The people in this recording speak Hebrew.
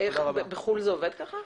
בחו"ל זה עובד ככה?